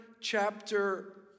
chapter